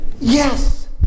yes